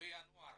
לינואר